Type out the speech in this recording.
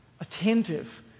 attentive